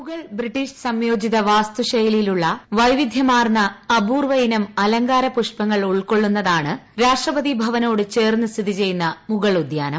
Mughal British സംയോജിത വാസ്തുശൈലിയിലുള്ള വൈവിധ്യമാർന്ന അപൂർവ്വയിനം അലങ്കാര പുഷ്പങ്ങൾ ഉൾക്കൊള്ളുന്നതാണ് രാഷ്ട്രപതി ഭവനോട് ചേർന്ന് സ്ഥിതി ചെയ്യുന്ന മുഗൾ ഉദ്യാനം